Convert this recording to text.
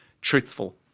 truthful